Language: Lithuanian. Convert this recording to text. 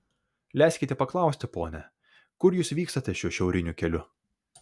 leiskite paklausti pone kur jūs vykstate šiuo šiauriniu keliu